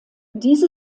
diese